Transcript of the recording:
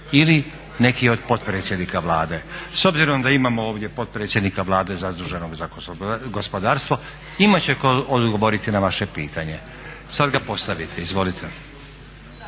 ili neki i od potpredsjednika Vlade. S obzirom da imamo ovdje potpredsjednika Vlade zaduženog za gospodarstvo imat će tko odgovoriti na vaše pitanje. Sad ga postavite. Izvolite.